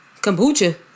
Kombucha